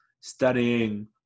studying